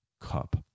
cup